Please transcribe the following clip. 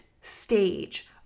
stage